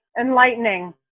Enlightening